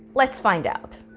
let's find out.